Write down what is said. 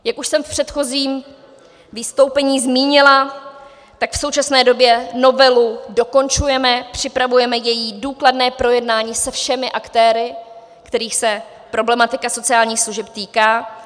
Jak už jsem v předchozím vystoupení zmínila, tak v současné době novelu dokončujeme, připravujeme její důkladné projednání se všemi aktéry, kterých se problematika sociálních služeb týká.